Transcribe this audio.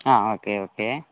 ആ okay okay